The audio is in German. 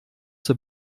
zur